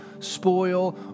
spoil